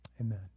Amen